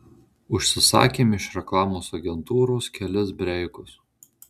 užsisakėm iš reklamos agentūros kelis breikus